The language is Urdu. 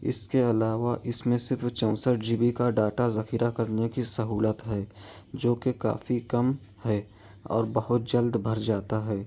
اس کے علاوہ اس میں صرف چونسٹھ جی بی کا ڈاٹا ذخیرہ کرنے کی سہولت ہے جوکہ کافی کم ہے اور بہت جلد بھر جاتا ہے